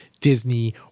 Disney